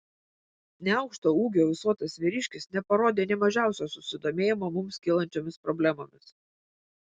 neaukšto ūgio ūsuotas vyriškis neparodė nė mažiausio susidomėjimo mums kylančiomis problemomis